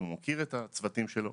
אם הוא מכיר את הצוותים שלו.